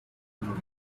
through